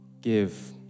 give